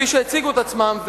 כפי שהציגו את עצמם,